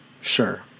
Sure